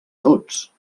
tots